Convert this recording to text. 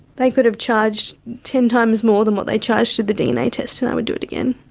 they could have charged ten times more than what they charged for the dna test and i would do it again.